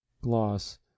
Gloss